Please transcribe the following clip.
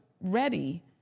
ready